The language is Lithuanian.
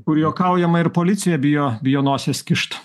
kur juokaujama ir policija bijo bijo nosies kišt